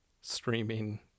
streaming